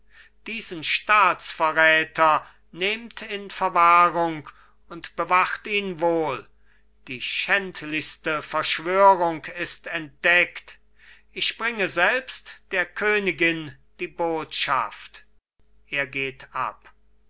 diesen staatsverräter nehmt in verwahrung und bewacht ihn wohl die schändlichste verschwörung ist entdeckt ich bringe selbst der königin die botschaft er geht ab